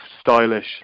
stylish